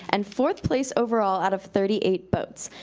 and fourth place overall out of thirty eight boats.